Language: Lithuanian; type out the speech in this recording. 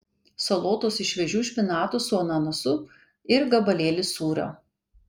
salotos iš šviežių špinatų su ananasu ir gabalėlis sūrio